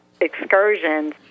excursions